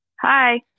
Hi